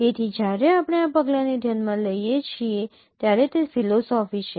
તેથી જ્યારે આપણે આ પગલાંને ધ્યાનમાં લઈએ છીએ ત્યારે તે ફિલોસોફી છે